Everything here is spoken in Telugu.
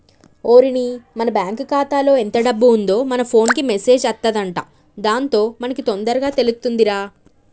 ఓరిని మన బ్యాంకు ఖాతాలో ఎంత డబ్బు ఉందో మన ఫోన్ కు మెసేజ్ అత్తదంట దాంతో మనకి తొందరగా తెలుతుందిరా